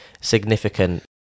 significant